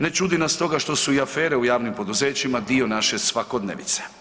Ne čudi nas stoga što su i afere u javnim poduzećima dio naše svakodnevice.